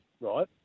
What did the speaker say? right